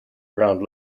ground